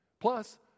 Plus